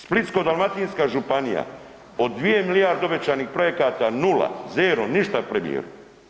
Splitsko-dalmatinska županija od 2 milijarde obećanih projekata, 0, zero, ništa, premijeru.